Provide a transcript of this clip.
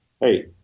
hey